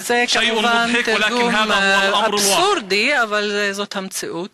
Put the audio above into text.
זה כמובן תרגום אבסורדי, אבל זאת המציאות.